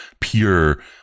pure